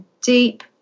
deep